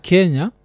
Kenya